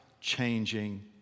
changing